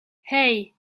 hey